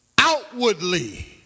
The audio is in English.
Outwardly